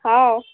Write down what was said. ꯍꯥꯎ